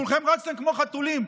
כולכם רצתם כמו חתולים,